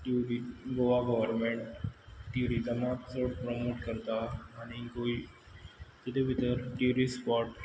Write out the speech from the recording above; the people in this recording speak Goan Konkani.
गोवा गव्हर्मेंट ट्युरिजमाक चड प्रमोट करता आनीकूय तितूंत भितर ट्युरिस्ट स्पॉट्स